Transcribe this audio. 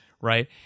right